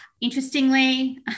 Interestingly